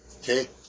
Okay